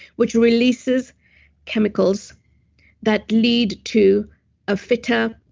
which releases chemicals that lead to a fitter,